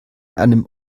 einem